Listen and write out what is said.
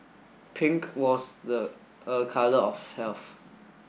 pink was the colour of health